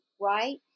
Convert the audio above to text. right